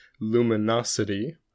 luminosity